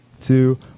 two